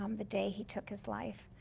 um the day he took his life.